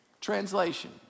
Translation